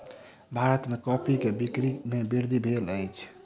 भारत में कॉफ़ी के बिक्री में वृद्धि भेल अछि